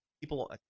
People